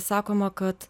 sakoma kad